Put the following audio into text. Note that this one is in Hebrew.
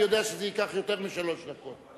אני יודע שזה ייקח יותר משלוש דקות,